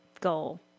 goal